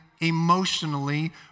emotionally